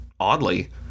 Oddly